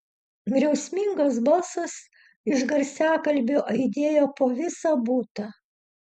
griausmingas balsas iš garsiakalbio aidėjo po visą butą